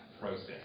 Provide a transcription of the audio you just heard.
process